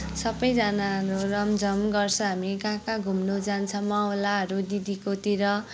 सबैजनाहरू रमझम गर्छ हामी कहाँ कहाँ घुम्न जान्छ मावलाहरू दिदीकोतिर